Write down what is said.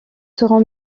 serons